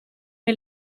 che